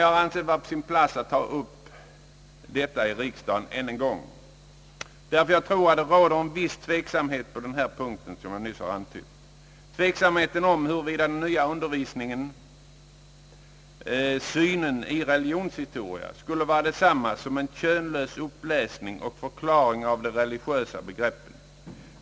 Jag har anseti det vara på sin plats att ta upp detta i riksdagen än en gång därför att jag tror att det, som jag nyss har antytt, råder en viss tveksamhet huruvida den nya undervisningssynen i religionshistoria skulle vara detsamma som en könlös uppläsning och förklaring av de religiösa he greppen.